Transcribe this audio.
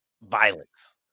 Violence